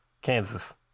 Kansas